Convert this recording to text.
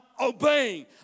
obeying